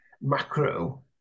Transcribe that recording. macro